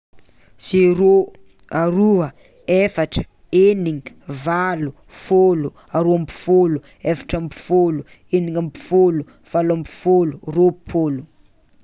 Zero, aroa, efatra, eniny, valo, fôlo, aroa amby fôlo, efatra amby fôlo, eniny amby fôlo, valo amby fôlo, rôpolo.